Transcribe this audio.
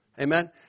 Amen